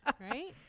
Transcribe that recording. Right